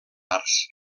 arts